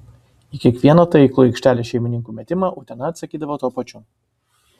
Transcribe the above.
į kiekvieną taiklų aikštelės šeimininkių metimą utena atsakydavo tuo pačiu